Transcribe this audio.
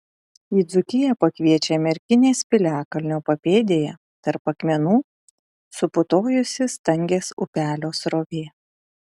į dzūkiją pakviečia merkinės piliakalnio papėdėje tarp akmenų suputojusi stangės upelio srovė